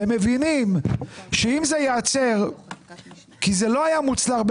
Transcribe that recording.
הם מבינים שאם זה ייעצר כי זה לא היה מוצלח,